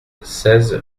seize